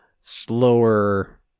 slower